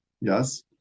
Yes